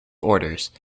orders